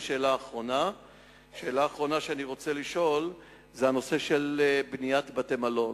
שאלה אחרונה שאני רוצה לשאול היא על בניית בתי-מלון.